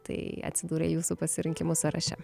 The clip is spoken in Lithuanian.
tai atsidurė jūsų pasirinkimų sąraše